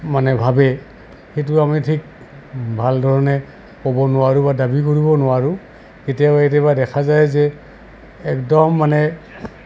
মানে ভাবে সেইটো আমি ঠিক ভাল ধৰণে ক'ব নোৱাৰোঁ বা দাবী কৰিব নোৱাৰোঁ কেতিয়াবা কেতিয়াবা দেখা যায় যে একদম মানে